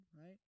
right